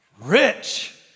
rich